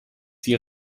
sie